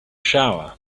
shower